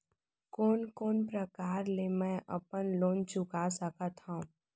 कोन कोन प्रकार ले मैं अपन लोन चुका सकत हँव?